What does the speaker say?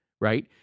right